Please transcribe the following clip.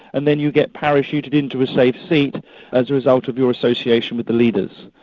and then you get parachuted into a safe seat as a result of your association with the leaders.